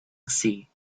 see